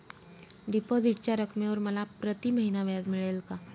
डिपॉझिटच्या रकमेवर मला प्रतिमहिना व्याज मिळेल का?